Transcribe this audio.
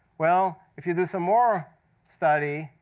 well, if you do some more study,